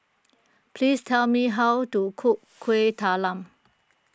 please tell me how to cook Kuih Talam